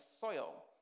soil